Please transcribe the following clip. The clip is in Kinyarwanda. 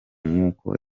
nkuko